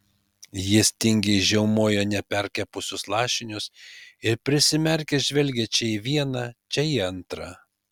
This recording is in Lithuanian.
jis tingiai žiaumojo neperkepusius lašinius ir prisimerkęs žvelgė čia į vieną čia į antrą